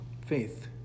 faith